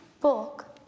book